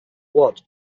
watt